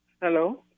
Hello